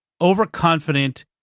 overconfident